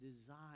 desire